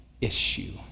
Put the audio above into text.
issue